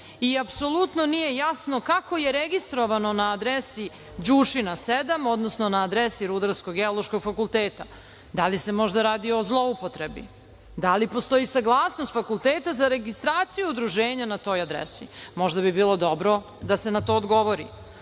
i apsolutno nije jasno kako je registrovano na adresi Đušina 7, odnosno na adresi Rudarsko-geološkog fakulteta. Da li se možda radi o zloupotrebi? Da li postoji saglasnost fakulteta za registraciju Udruženja na toj adresi? Možda bi bilo dobro da se na to odgovori. Uvidom